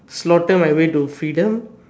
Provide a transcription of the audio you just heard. slaughter my way to freedom